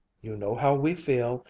you know how we feel,